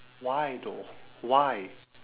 why though why